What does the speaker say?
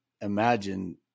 imagine